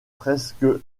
presque